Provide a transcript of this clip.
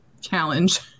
challenge